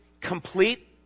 complete